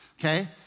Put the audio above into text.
okay